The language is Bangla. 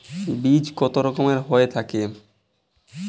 বীজ কত রকমের হয়ে থাকে?